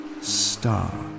star